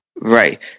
Right